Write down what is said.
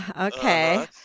okay